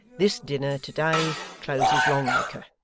this dinner today closes long acre.